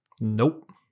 Nope